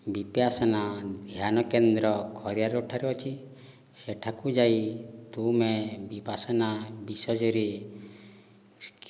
ବିପାସନା ଧ୍ୟାନ କେନ୍ଦ୍ର ଖରିଆର ରୋଡ୍ ଠାରେ ଅଛି ସେଠାକୁ ଯାଇ ତୁମେ ବିପାସନା ବିଷୟରେ